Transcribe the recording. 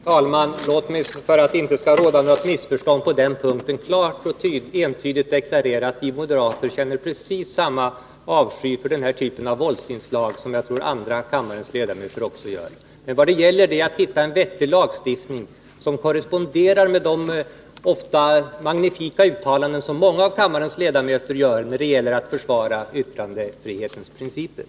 Fru talman! Låt mig, för att det inte skall råda några missförstånd på den punkten, klart och entydigt deklarera att vi moderater känner precis samma avsky för den här typen av våldsinslag som andra kammarledamöter gör. Det gäller emellertid att hitta en vettig lagstiftning, som korresponderar med de ofta magnifika uttalanden som många av kammarens ledamöter gör när det gäller att försvara yttrandefrihetsprincipen.